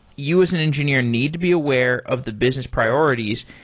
you as an engineer need to be aware of the business priorities.